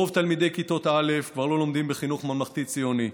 רוב תלמידי כיתות א' כבר לא לומדים בחינוך ממלכתי ציוני,